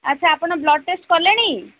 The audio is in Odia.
ଆଚ୍ଛା ଆପଣ ବ୍ଲଡ଼୍ ଟେଷ୍ଟ୍ କଲେଣି